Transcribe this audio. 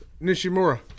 Nishimura